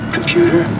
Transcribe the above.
Computer